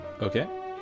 okay